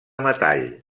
metall